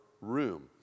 room